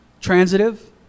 transitive